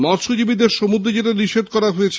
মৎস্যজীবীদের সমুদ্রে যেতে নিষেধ করা হয়েছে